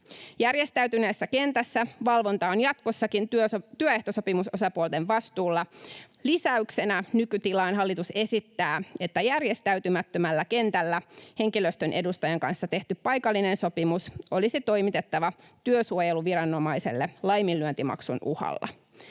Järjestäytyneessä kentässä valvonta on jatkossakin työehtosopimusosapuolten vastuulla. Lisäyksenä nykytilaan hallitus esittää, että järjestäytymättömällä kentällä henkilöstön edustajan kanssa tehty paikallinen sopimus olisi toimitettava työsuojeluviranomaiselle laiminlyöntimaksun uhalla.